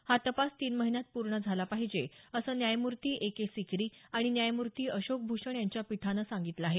हा तपास तीन महिन्यात पूर्ण झाला पाहिजे असं न्यायमूर्ती ए के सिकरी आणि न्यायमूर्ती अशोक भुषण यांच्या पीठानं सांगितलं आहे